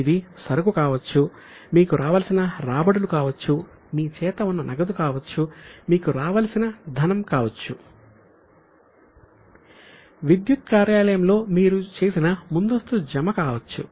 ఇది సరుకు కావచ్చు మీకు రావలసిన రాబడులు కావచ్చు మీ చేత ఉన్న నగదు కావచ్చు మీకు రావలసిన ధనం కావచ్చు విద్యుత్ కార్యాలయంలో మీరు చేసిన ముందస్తు జమకావచ్చు